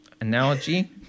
analogy